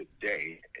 today